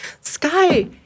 Sky